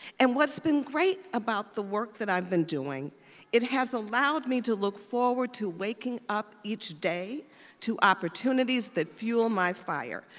and what's been great about the work that i've been doing it has allowed me to look forward to waking up each day to opportunities that fuel my fire,